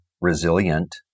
resilient